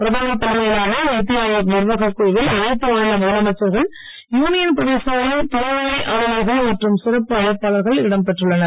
பிரதமர் தலைமையிலான நிதி ஆயோக் நிர்வாகக் குழுவில் அனைத்து மாநில முதலமைச்சர்கள் யூனியன் பிரதேசங்களின் துணைநிலை ஆளுநர்கள் மற்றும் சிறப்பு அழைப்பாளர்கள் இடம் பெற்றுள்ளனர்